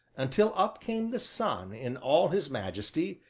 until up came the sun in all his majesty,